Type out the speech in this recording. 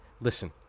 Listen